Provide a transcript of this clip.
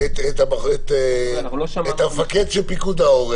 שמענו פה כולנו את המפקד של פיקוד העורף,